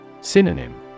Synonym